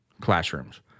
classrooms